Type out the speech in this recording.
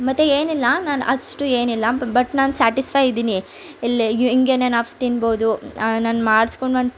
ಮತ್ತೆ ಏನಿಲ್ಲ ನಾನು ಅಷ್ಟು ಏನಿಲ್ಲ ಬಟ್ ನಾನು ಸ್ಯಾಟಿಸ್ಪೈ ಇದ್ದೀನಿ ಇಲ್ಲಿ ಹಿಂಗೆಯೇ ನಾನು ಆಪ್ಸ್ ತಿನ್ಬೋದು ನನ್ನ ಮಾಡ್ಸ್ಕೊಳ್ಳೋ